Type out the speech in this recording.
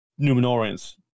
Numenorians